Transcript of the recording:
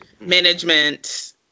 management